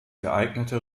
geeignete